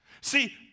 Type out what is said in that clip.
See